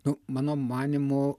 nu mano manymu